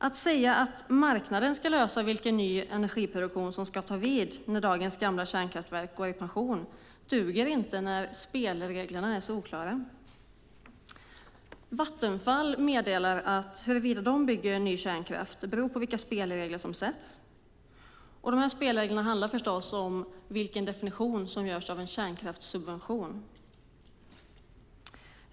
Att säga att marknaden ska lösa vilken ny energiproduktion som ska ta vid när dagens gamla kärnkraftverk går i pension duger inte när spelreglerna är så oklara. Vattenfall meddelar att huruvida de bygger ny kärnkraft beror på vilka spelregler som sätts upp. Dessa spelregler handlar förstås om vilken definition som görs av en kärnkraftssubvention.